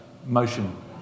motion